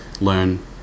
learn